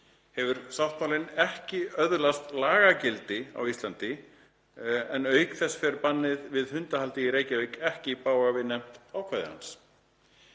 Hefur sáttmálinn ekki öðlast lagagildi á Íslandi, en auk þess fer bannið við hundahaldi í Reykjavík ekki í bága við nefnt ákvæði hans.““